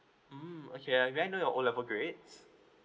mm okay I read now your all of a great